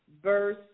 verse